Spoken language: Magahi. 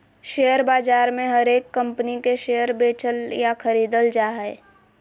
शेयर बाजार मे हरेक कम्पनी के शेयर बेचल या खरीदल जा हय